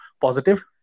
positive